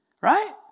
right